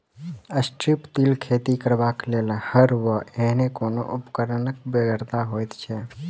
strip till खेती करबाक लेल हर वा एहने कोनो उपकरणक बेगरता होइत छै